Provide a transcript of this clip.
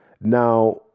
Now